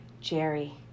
Jerry